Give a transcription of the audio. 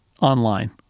online